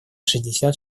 шестьдесят